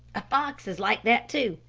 a fox is like that, too.